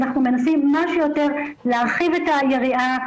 אנחנו מנסים מה שיותר להרחיב את היריעה